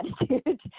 attitude